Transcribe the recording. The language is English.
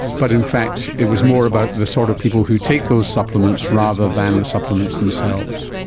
but in fact it was more about the sort of people who take those supplements rather than the supplements themselves.